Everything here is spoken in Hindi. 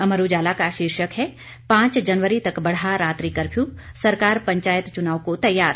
अमर उजाला का शीर्षक हैं पांच जनवरी तक बढ़ा रात्रि कर्फ्यू सरकार पंचायत चुनाव को तैयार